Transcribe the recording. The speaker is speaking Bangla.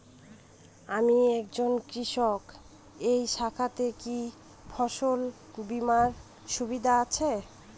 আমি একজন কৃষক এই শাখাতে কি ফসল বীমার সুবিধা আছে?